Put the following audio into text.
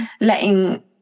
letting